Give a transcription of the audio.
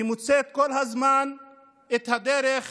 היא מוצאת כל הזמן את הדרך